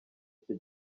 cye